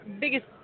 biggest